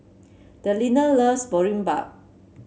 Delina loves Boribap